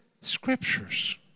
Scriptures